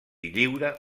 lliure